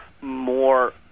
more